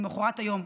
למוחרת היום,